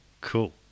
cool